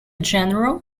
general